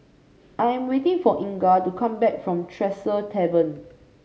I am waiting for Inga to come back from Tresor Tavern